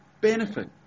benefit